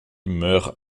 meurt